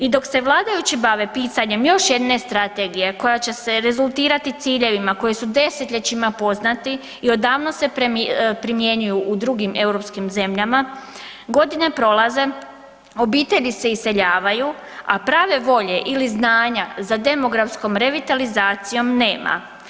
I dok se vladajući bave pisanjem još jedne strategije koja će se rezultirali ciljevima koji su desetljećima poznati i odavno se primjenjuju u drugim europskih zemljama, godine prolaze, obitelji se iseljavaju, a prave volje ili znanja za demografskom revitalizacijom nema.